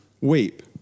weep